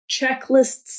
checklists